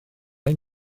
ein